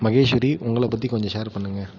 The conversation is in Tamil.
மகேஷ்வரி உங்களைப் பற்றி கொஞ்சம் ஷேர் பண்ணுங்கள்